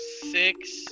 Six